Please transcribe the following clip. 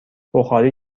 بخاری